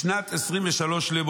בשנת 23 למלכו,